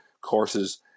courses